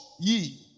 ye